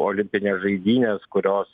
olimpinės žaidynės kurios